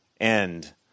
end